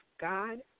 God